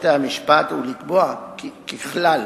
לחוק בתי-המשפט ולקבוע כי ככלל,